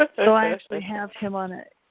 ah so i actually have him on a,